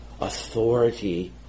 authority